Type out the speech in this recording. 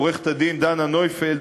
עורכת-הדין דנה נויפלד,